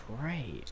great